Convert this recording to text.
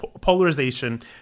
polarization